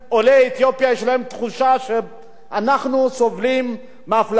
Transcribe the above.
יש תחושה שאנחנו סובלים מאפליה ומגזענות,